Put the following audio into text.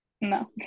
No